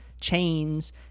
chains